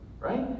Right